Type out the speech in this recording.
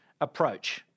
approach